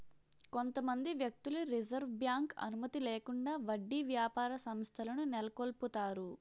కొంతమంది వ్యక్తులు reserve bank అనుమతి లేకుండా వడ్డీ వ్యాపార సంస్థలను నెలకొల్పుతారు